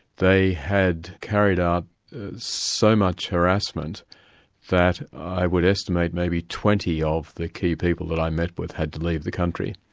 they had carried out so much harassment that i would estimate maybe twenty of the key people that i met with had to leave the country.